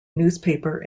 newspaper